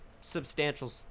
substantial